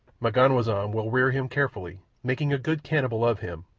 m'ganwazam will rear him carefully, making a good cannibal of him,